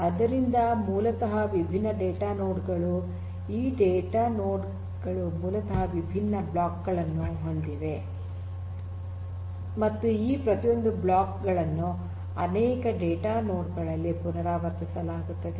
ಆದ್ದರಿಂದ ಮೂಲತಃ ವಿಭಿನ್ನ ಡೇಟಾ ನೋಡ್ ಗಳು ಈ ಡೇಟಾ ನೋಡ್ ಗಳು ಮೂಲತಃ ವಿಭಿನ್ನ ಬ್ಲಾಕ್ ಗಳನ್ನು ಹೊಂದಿವೆ ಮತ್ತು ಈ ಪ್ರತಿಯೊಂದು ಬ್ಲಾಕ್ ಗಳನ್ನು ಅನೇಕ ಡೇಟಾ ನೋಡ್ ಗಳಲ್ಲಿ ಪುನರಾವರ್ತಿಸಲಾಗುತ್ತದೆ